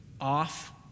off